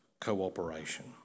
cooperation